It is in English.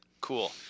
Cool